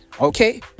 Okay